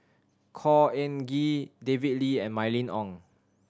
Khor Ean Ghee David Lee and Mylene Ong